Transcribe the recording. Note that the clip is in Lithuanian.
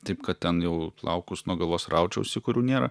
taip kad ten jau plaukus nuo galvos raučiausi kurių nėra